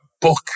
book